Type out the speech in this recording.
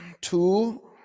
Two